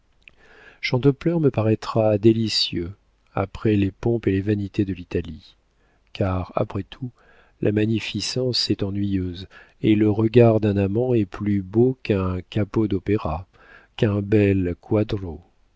ne ressemble chantepleurs me paraîtra délicieux après les pompes et les vanités de l'italie car après tout la magnificence est ennuyeuse et le regard d'un amant est plus beau qu'un capo d'opéra qu'un bel